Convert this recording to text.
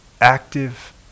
active